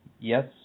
Yes